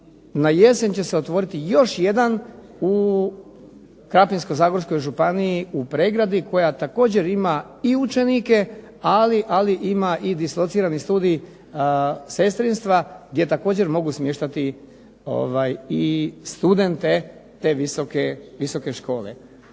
na jesen će se otvoriti još jedan u Krapinsko-zagorskoj županiji u Pregradi koja također ima i učenike, ali ima i dislocirani studij sestrinstva gdje također mogu smještati i studente te visoke škole.